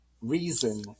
reason